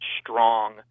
strong